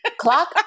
Clock